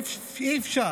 אי-אפשר